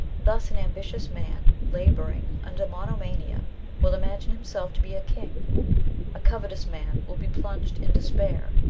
thus, an ambitious man labouring under monomania will imagine himself to be a king a covetous man will be plunged in despair,